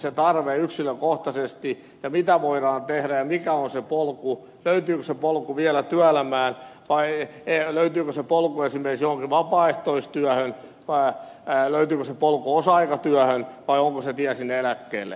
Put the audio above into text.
kartoitetaan tarve yksilökohtaisesti ja se mitä voidaan tehdä ja mikä on se polku löytyykö se polku vielä työelämään vai löytyykö se polku esimerkiksi johonkin vapaaehtoistyöhön vai löytyykö se polku osa aikatyöhön vai onko se tie sinne eläkkeelle